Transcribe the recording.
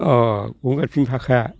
अ गंगारनि भाखाया